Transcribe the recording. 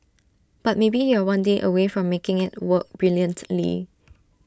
but maybe you're one day away from making IT work brilliantly